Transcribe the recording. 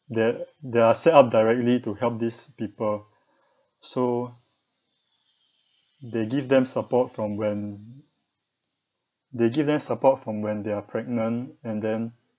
that they are set up directly to help these people so they give them support from when they give them support from when they are pregnant and then